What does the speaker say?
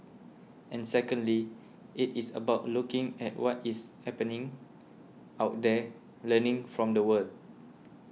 and secondly it is about looking at what is happening out there learning from the world